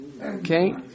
Okay